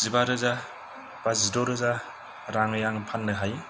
जिबा रोजा बा जिद' रोजा राङै आं फाननो हायो